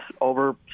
over